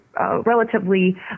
relatively